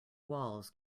walls